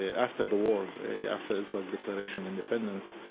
after the war, after israel's declaration of independence,